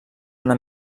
una